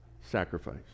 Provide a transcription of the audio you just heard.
Sacrifice